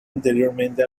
anteriormente